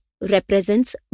represents